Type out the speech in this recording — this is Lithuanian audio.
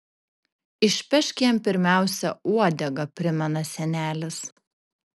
išpešk jam pirmiausia uodegą primena senelis